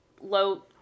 low